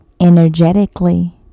energetically